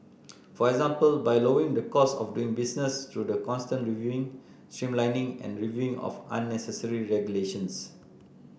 for example by lowering the cost of doing business through the constant reviewing streamlining and reviewing of unnecessary regulations